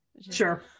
Sure